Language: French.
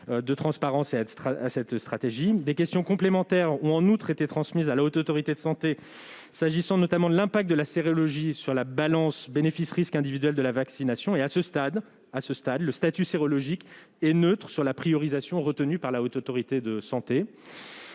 de transparence. Des questions complémentaires ont, en outre, été transmises à la Haute Autorité de santé, s'agissant, notamment, de l'impact de la sérologie sur la balance entre le bénéfice et les risques individuels de la vaccination. À ce stade, le statut sérologique est neutre sur la priorisation retenue par la Haute Autorité de santé.